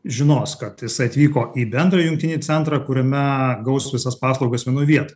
žinos kad jisai atvyko į bendrą jungtinį centrą kuriame gaus visas paslaugas vienoj viet